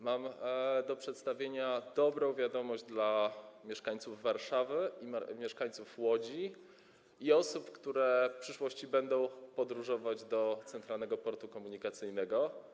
Mam do przedstawienia dobrą wiadomość dla mieszkańców Warszawy i Łodzi, a także osób, które w przyszłości będą podróżować do Centralnego Portu Komunikacyjnego.